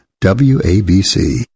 WABC